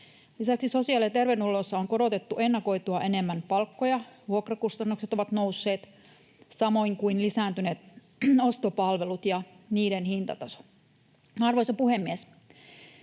Lisäksi sosiaali- ja terveydenhuollossa on korotettu ennakoitua enemmän palkkoja, vuokrakustannukset ovat nousseet, samoin kuin lisääntyneet ostopalvelut ja niiden hintataso. Arvoisa puhemies!